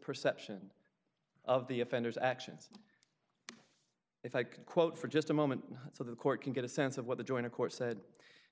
perception of the offender's actions if i can quote for just a moment so the court can get a sense of what the joint a court said